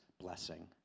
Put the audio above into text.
blessing